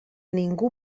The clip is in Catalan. ningú